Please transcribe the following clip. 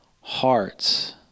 hearts